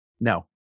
no